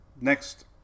next